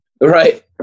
Right